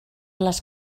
les